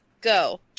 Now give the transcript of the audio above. go